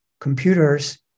computers